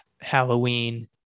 halloween